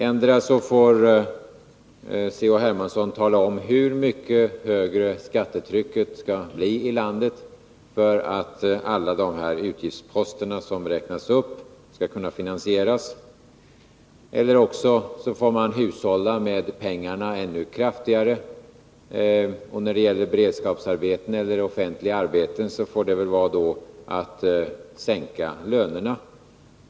Endera får herr Hermansson tala om hur mycket högre skattetrycket skall bli i landet för att alla de här utgiftsposterna som räknas upp skall kunna finansieras, eller också får man hushålla med pengarna ännu kraftigare. När det gäller beredskapsarbeten och offentliga arbeten får det väl bli fråga om att sänka lönerna.